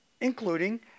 including